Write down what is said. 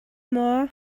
maw